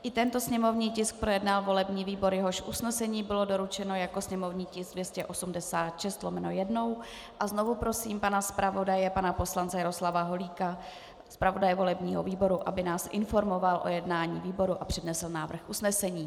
I tento sněmovní tisk projednal volební výbor, jehož usnesení bylo doručeno jako sněmovní tisk 286/1, a znovu prosím pana zpravodaje, pana poslance Jaroslava Holíka, zpravodaje volebního výboru, aby nás informoval o jednání výboru a přednesl návrh usnesení.